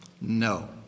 No